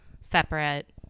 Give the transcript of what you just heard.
Separate